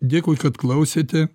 dėkui kad klausėte